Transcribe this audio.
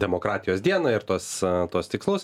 demokratijos dieną ir tuos tuos tikslus